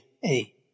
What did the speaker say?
Hey